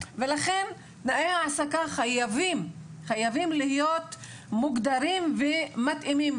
ולכן תנאי העסקה חייבים להיות מוגדרים ומתאימים,